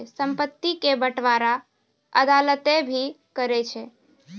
संपत्ति के बंटबारा अदालतें भी करै छै